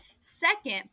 Second